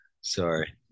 sorry